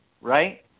right